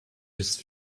just